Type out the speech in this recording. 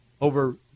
over